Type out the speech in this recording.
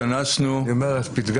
המשמעות היא, אני אומר למיטב